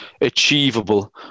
achievable